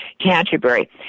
Canterbury